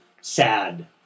sad